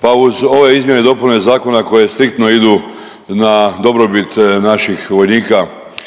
pa uz ove izmjene i dopune zakona koje striktno idu na dobrobit naših vojnika